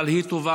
אבל היא טובה,